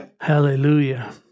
Hallelujah